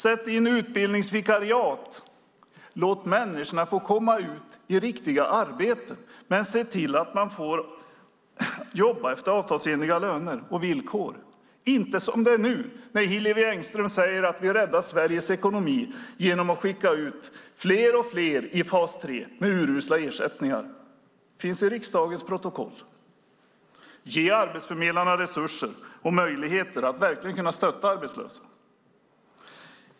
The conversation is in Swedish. Sätt in utbildningsvikariat! Låt människorna få komma ut i riktiga arbeten, men se till att de får jobba efter avtalsenliga löner och villkor, inte som det är nu när Hillevi Engström säger att vi räddar Sveriges ekonomi genom att skicka ut fler och fler i fas 3 med urusla ersättningar. Det finns i riksdagens protokoll. Ge arbetsförmedlarna resurser och möjligheter att verkligen stötta arbetslösa!